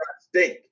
stink